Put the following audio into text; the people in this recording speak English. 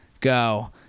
go